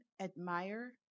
admire